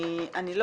אני לא